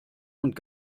und